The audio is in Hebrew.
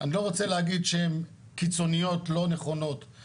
אני לא רוצה להגיד שהם קיצוניות לא נכונות,